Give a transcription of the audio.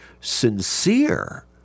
sincere